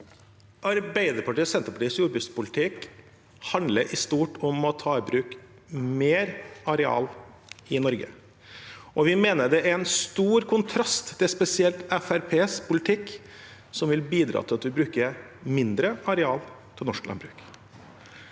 Arbeiderpartiet og Senterpartiets jordbrukspolitikk handler i stort om å ta i bruk mer areal i Norge. Vi mener det står i sterk kontrast til spesielt Fremskrittspartiets politikk, som vil bidra til at vi bruker mindre areal til norsk landbruk.